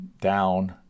down